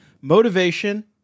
Motivation